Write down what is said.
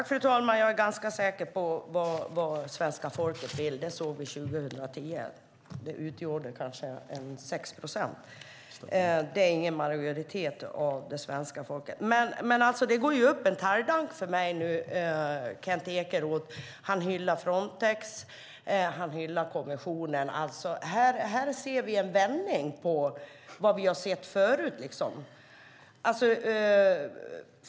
Fru talman! Jag är ganska säker på vad svenska folket vill. Det såg vi 2010. De utgjorde kanske 6 procent, och det är ingen majoritet av svenska folket. Det går upp en talgdank för mig. Kent Ekeroth hyllar Frontex och hyllar kommissionen. Här ser vi en vändning mot vad vi har sett förut.